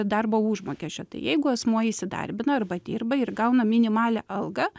darbo užmokesčio tai jeigu asmuo įsidarbina arba dirba ir gauna minimalią algą